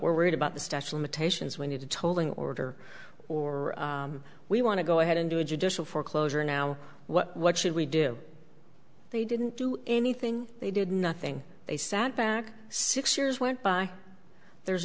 worried about the statue limitations we need to tolling order or we want to go ahead and do a judicial foreclosure now what what should we do they didn't do anything they did nothing they sat back six years went by there's